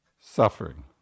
suffering